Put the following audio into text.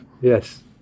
Yes